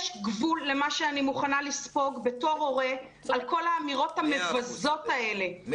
יש גבול למה שאני מוכנה לספוג בתור הורה על כל האמירות המבזות האלה.